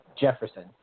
Jefferson